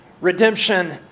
Redemption